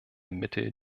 mittel